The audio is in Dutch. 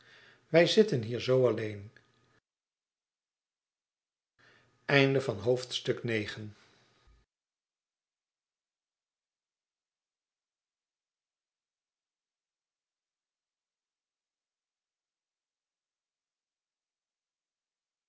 wij zitten hier zoo alleen